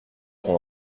qu’on